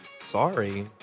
Sorry